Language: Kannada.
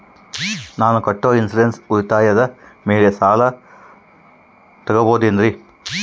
ನಾನು ಕಟ್ಟೊ ಇನ್ಸೂರೆನ್ಸ್ ಉಳಿತಾಯದ ಮೇಲೆ ಸಾಲ ತಗೋಬಹುದೇನ್ರಿ?